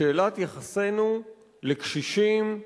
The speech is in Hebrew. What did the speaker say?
שאלת יחסנו לקשישים,